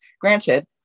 Granted